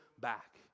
back